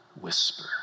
whisper